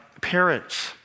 Parents